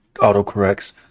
auto-corrects